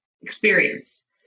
experience